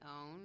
own